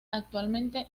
actualmente